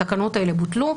התקנות האלה בוטלו,